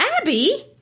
Abby